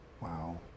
Wow